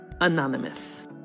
Anonymous